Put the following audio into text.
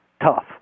Tough